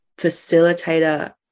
facilitator